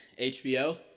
HBO